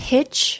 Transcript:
Hitch